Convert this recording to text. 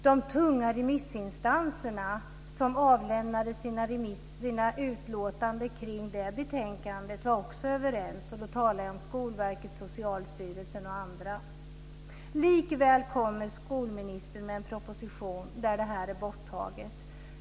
De tunga remissinstanserna som avlämnade sina utlåtanden kring detta betänkande var också överens. Och då talar jag om Skolverket, Socialstyrelsen och andra. Likväl lägger skolministern fram en proposition där detta är borttaget.